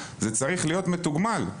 זה צריך להיות מתוגמל.